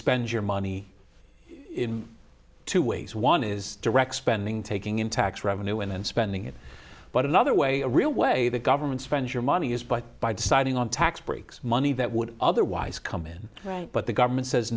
spend your money in two ways one is direct spending taking in tax revenue and spending it but another way a real way the government spends your money is by by deciding on tax breaks money that would otherwise come in but the government says